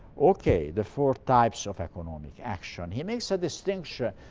okay, the four types of economic action. he makes a distinction.